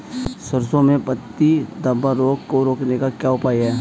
सरसों में पत्ती धब्बा रोग को रोकने का क्या उपाय है?